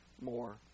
more